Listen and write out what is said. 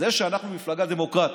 זה שאנחנו מפלגה דמוקרטית,